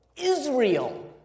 Israel